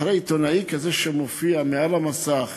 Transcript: מאחורי עיתונאי כזה שמופיע על המסך